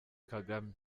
kagame